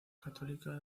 católica